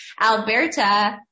Alberta